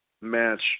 match